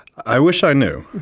i wish i knew,